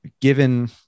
given